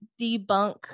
debunk